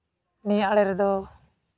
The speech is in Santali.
ᱱᱤᱭᱟᱹ ᱟᱬᱮ ᱨᱮᱫᱚ